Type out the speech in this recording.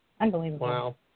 Unbelievable